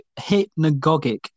hypnagogic